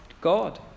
god